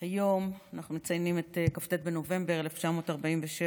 היום אנחנו מציינים את כ"ט בנובמבר 1947,